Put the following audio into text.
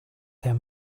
there